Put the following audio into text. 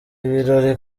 ibirori